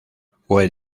fue